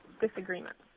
disagreements